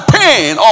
pain